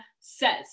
says